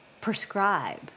Prescribe